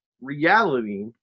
reality